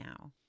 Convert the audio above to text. now